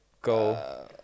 go